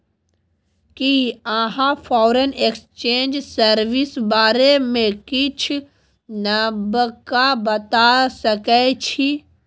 कि अहाँ foreign exchange service बारे मे किछ नबका बता सकै छी